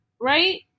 right